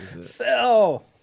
Sell